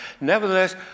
nevertheless